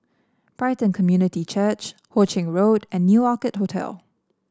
Brighton Community Church Ho Ching Road and New Orchid Hotel